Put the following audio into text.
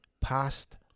Past